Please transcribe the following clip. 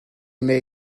may